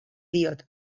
diot